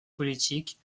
politiques